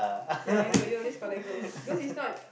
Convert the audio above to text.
yeah I know you will just collect those cause it's not